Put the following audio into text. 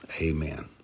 Amen